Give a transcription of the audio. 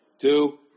two